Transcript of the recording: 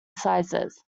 sizes